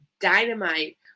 Dynamite